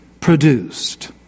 produced